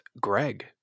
Greg